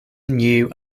new